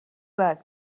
برات